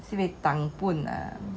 sibei